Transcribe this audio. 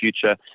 future